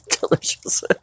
Delicious